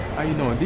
are you doing?